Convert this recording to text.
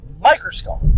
microscope